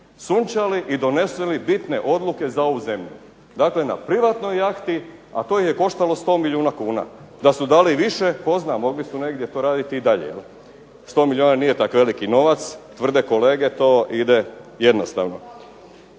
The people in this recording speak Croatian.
sunčali i donesli bitne za ovu zemlju. Dakle, na privatnoj jahti, a to ih je koštalo 100 milijuna kuna. Da su dali više tko zna, mogli su negdje to raditi i dalje. 100 milijuna nije tak veliki novac tvrde kolege to ide jednostavno.